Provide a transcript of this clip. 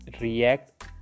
react